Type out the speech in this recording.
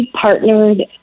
partnered